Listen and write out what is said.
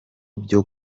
byo